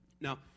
Now